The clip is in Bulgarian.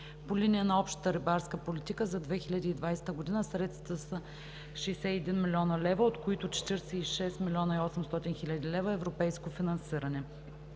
По линия на Общата рибарска политика за 2020 г. средствата са 61 млн. лв., от които 46,8 млн. лв. – европейско финансиране.